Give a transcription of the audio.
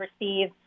receive